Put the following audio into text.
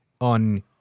on